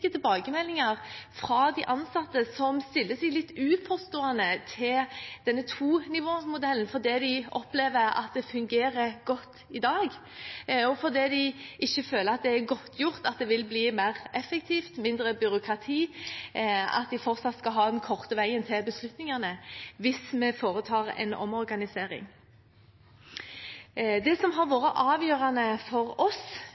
tilbakemeldinger fra de ansatte, som stiller seg litt uforstående til denne tonivåmodellen, fordi de opplever at det fungerer godt i dag, og fordi de ikke føler at det er godtgjort at det vil bli mer effektivt, mindre byråkrati, og at de fortsatt skal ha den korte veien til beslutningene hvis vi foretar en omorganisering. Det som har vært avgjørende for oss